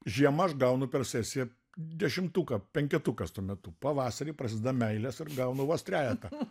žiema aš gaunu per sesiją dešimtuką penketukas tuo metu pavasarį prasideda meilės ir gaunu vos trejetą